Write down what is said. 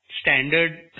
standard